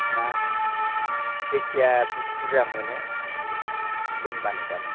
जायखिजाया बेसे बुरजा मोनो दोनबानो जाबाय